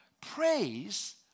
praise